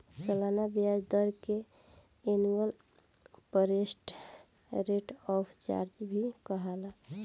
सलाना ब्याज दर के annual percent rate of charge भी कहाला